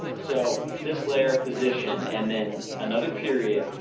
so, this layer position and then another period,